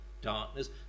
darkness